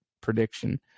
prediction